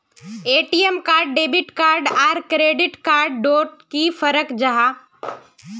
ATM card debit card आर credit card डोट की फरक जाहा?